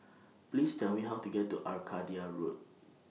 Please Tell Me How to get to Arcadia Road